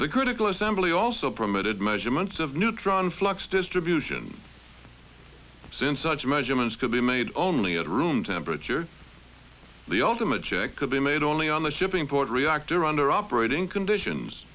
the critical assembly also permitted measurements of neutron flux distribution since such measurements could be made only at room temperature the ultimate check could be made only on the shipping port reactor under operating conditions